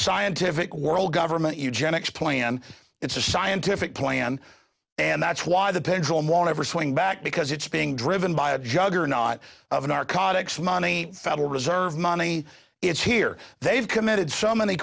scientific world government eugenics plan it's a scientific plan and that's why the pendulum won't ever swing back because it's being driven by a juggernaut of narcotics money federal reserve money it's here they've committed so many